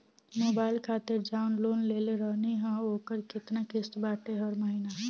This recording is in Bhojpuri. मोबाइल खातिर जाऊन लोन लेले रहनी ह ओकर केतना किश्त बाटे हर महिना?